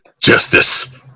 Justice